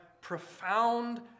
profound